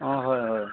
অ হয় হয়